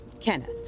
Kenneth